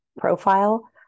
profile